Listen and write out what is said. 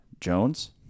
Jones